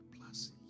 plus